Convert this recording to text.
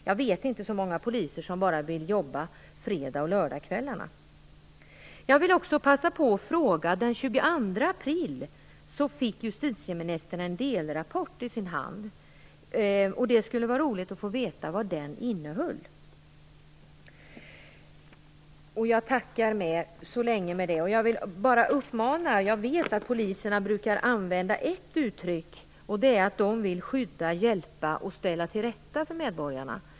Jag känner inte till så många poliser som vill jobba bara på fredags och lördagskvällarna. Den 22 april fick justitieministern en delrapport i sin hand. Det skulle vara roligt att få veta vad den innehåller. Jag vet att poliserna brukar använda ett uttryck, nämligen att de vill skydda, hjälpa och ställa till rätta för medborgarna.